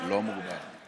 כמה זמן אתה עומד לדבר?